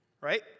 Right